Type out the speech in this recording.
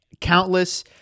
Countless